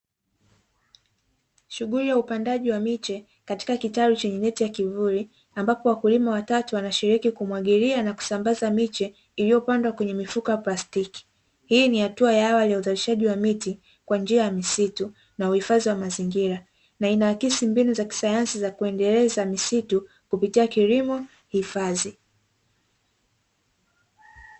Shughuli ya upandaji wa miche katika kitalu chenye miti ya kivuli ambapo wakulima watatu wanashiriki kumwagilia na kusambaza miche iliyopandwa kwenye mifuko ya plastiki, hii ni hatua ya awali ya uzalishaji wa miti kwa njia ya misitu na uhifadhi wa mazingira na inaakisi mbinu za kisayansi za kuendeleza misitu kupitia kilimo hifadhi.